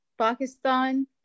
Pakistan